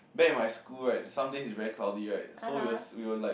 back in my school right some days it's very cloudy right so we was we were like